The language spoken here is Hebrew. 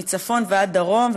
מצפון עד דרום,